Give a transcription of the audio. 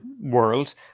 world